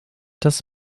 das